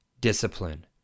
discipline